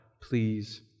please